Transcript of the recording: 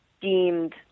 deemed